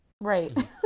Right